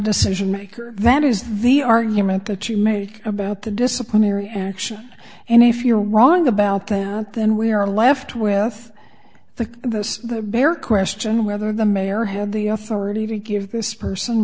decision maker that is the argument that you made about the disciplinary action and if you're wrong about that then we are left with the this the bare question whether the mayor had the authority to give this person